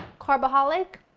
carbaholic,